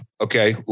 okay